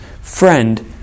friend